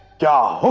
god.